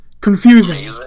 confusing